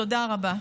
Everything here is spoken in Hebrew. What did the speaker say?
תודה רבה.